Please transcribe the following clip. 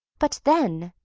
but then,